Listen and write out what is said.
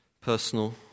personal